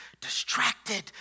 distracted